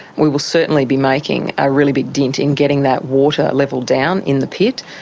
we will certainly be making a really big dint in getting that water level down in the pit.